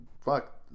fuck